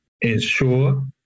ensure